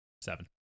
Seven